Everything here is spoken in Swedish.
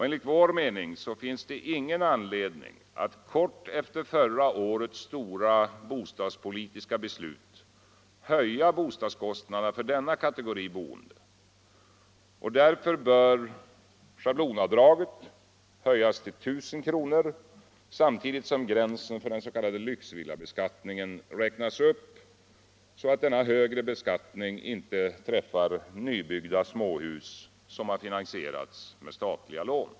Enligt vår mening finns det ingen anledning att kort efter förra årets stora bostadspolitiska beslut höja bostadskostnaderna för denna kategori boende. Därför bör schablonavdraget höjas till 1000 kr. samtidigt som gränsen för den s.k. lyxvillabeskattningen räknas upp, så att denna högre beskattning inte träffar nybyggda småhus som har finansierats med statliga lån.